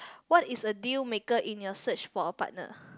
what is a deal maker in your search for a partner